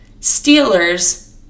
Steelers